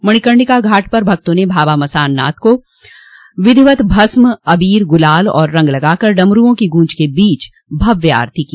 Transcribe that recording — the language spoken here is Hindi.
मणिकर्णिका घाट पर भक्तों ने बाबा मशान नाथ को विधिवत् भस्म अबीर गुलाल और रंग लगाकर डमरूओं की गूॅज के बीच भव्य आरती की